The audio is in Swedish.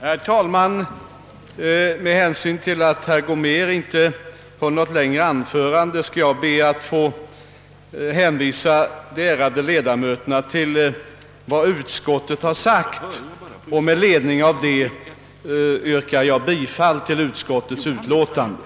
Herr talman! Eftersom herr Gomér inte höll något längre anförande ber jag endast att med hänvisning till vad utskottet anfört få yrka bifall till utskottets hemställan.